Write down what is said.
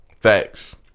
Facts